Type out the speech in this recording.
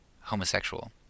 homosexual